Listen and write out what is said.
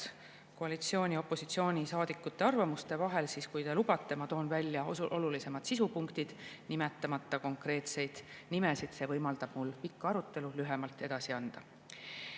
koalitsiooni‑ ja opositsioonisaadikute arvamuste vahel, siis kui te lubate, toon ma välja olulisemad sisupunktid, nimetamata konkreetseid nimesid. See võimaldab mul pikka arutelu lühemalt edasi anda.